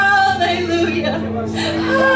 Hallelujah